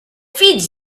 feeds